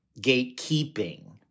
gatekeeping